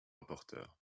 rapporteur